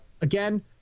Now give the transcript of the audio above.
Again